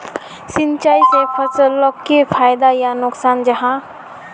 सिंचाई से फसलोक की फायदा या नुकसान जाहा?